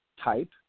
type